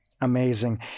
Amazing